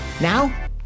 Now